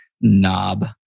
knob